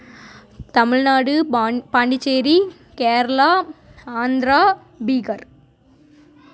தமிழ்நாடு பாண் பாண்டிச்சேரி கேரளா ஆந்திரா பீகார்